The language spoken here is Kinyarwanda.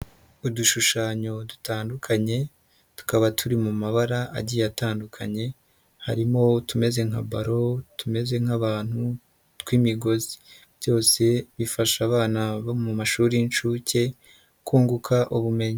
Udushushanyo dutandukanye tukaba turi mu mabara agiye atandukanye harimo utumeze nka baro, utumeze nk'abantu tw'imigozi byose bifasha abana bo mu mashuri y'inshuke kunguka ubumenyi.